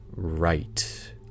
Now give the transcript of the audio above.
right